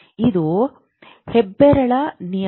ಇದು ಹೆಬ್ಬೆರಳು ನಿಯಮ